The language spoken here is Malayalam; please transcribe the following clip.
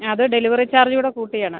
അതു ഡെലിവറി ചാർജ് കൂടി കൂട്ടിയാണ്